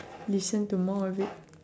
listen to more of it